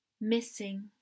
missing